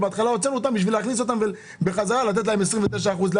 בהתחלה הוצאנו אותם כדי להכניס אותם בחזרה ולתת להם 29 אחוזים.